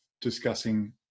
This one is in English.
discussing